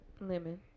Lemon